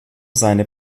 seine